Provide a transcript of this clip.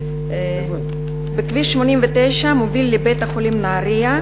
בכביש 89 המוביל לבית-החולים נהרייה,